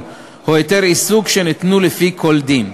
או היתר עיסוק שניתנו לפי כל דין,